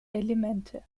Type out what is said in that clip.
elemente